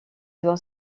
doit